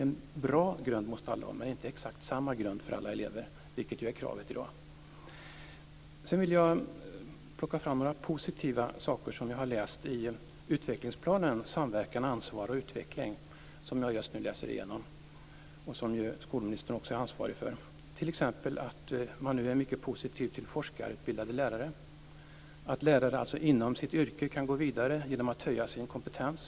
Alla elever måste ha en bra grund, men inte exakt samma grund, vilket är kravet i dag. Jag vill ta fram några positiva saker som jag har läst i utvecklingsplanen Samverkan, ansvar och utveckling, som jag just nu läser igenom och som skolministern ju är ansvarig för. Man är t.ex. nu mycket positiv till forskarutbildade lärare och till att lärare kan gå vidare inom sitt yrke genom att höja sin kompetens.